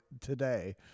today